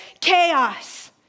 chaos